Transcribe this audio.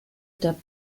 der